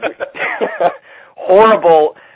horrible